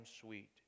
sweet